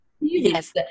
Yes